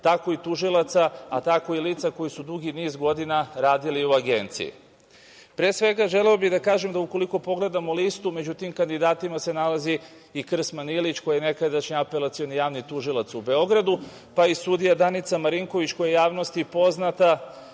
tako i tužilaca, a tako i lica koji su dugi niz godina radili u Agenciji. Pre svega, želeo bih da kažem da ukoliko pogledamo listu među tim kandidatima se nalazi i Krsman Ilić, koji je nekadašnji Apelacioni javni tužilac u Beogradu, pa i sudija Danica Marinković, koja je javnosti poznata